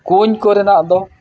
ᱠᱩᱧ ᱠᱚᱨᱮᱱᱟᱜ ᱫᱚ